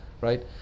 right